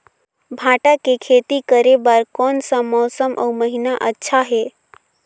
भांटा के खेती करे बार कोन सा मौसम अउ महीना अच्छा हे?